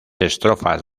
estrofas